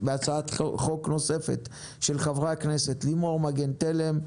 והצעת חוק נוספת של חברי הכנסת לימור מגן תלם,